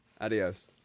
Adios